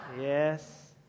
Yes